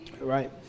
Right